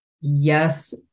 yes